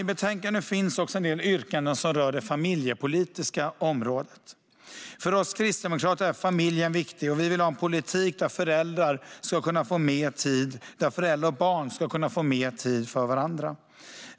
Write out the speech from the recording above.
I betänkandet finns också en del yrkanden som rör det familjepolitiska området. För oss kristdemokrater är familjen viktig, och vi vill ha en politik där föräldrar och barn ska kunna få mer tid för varandra.